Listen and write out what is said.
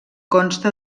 consta